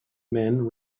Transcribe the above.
men